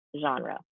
genre